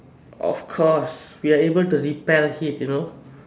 of course we are able to repel heat you know